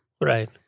Right